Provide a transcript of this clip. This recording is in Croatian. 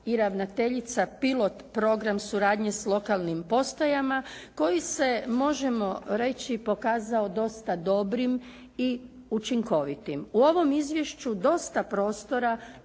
i ravnateljica pilot program suradnje s lokalnim postajama koji se možemo reći pokazao dosta dobrim i učinkovitim. U ovom izvješću dosta prostora